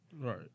right